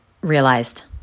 realized